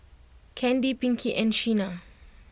Candy Pinkie and Shena